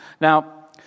Now